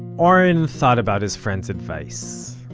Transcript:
oren thought about his friend's advice,